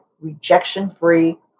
rejection-free